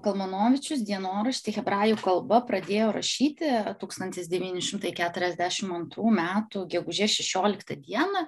kalmanovičius dienoraštį hebrajų kalba pradėjo rašyti tūkstantis devyni šimtai keturiasdešim antrų metų gegužės šešioliktą dieną